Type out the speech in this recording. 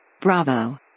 Bravo